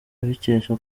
abikesha